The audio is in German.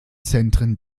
zentren